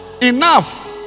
Enough